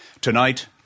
tonight